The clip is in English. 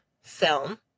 film